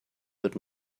wird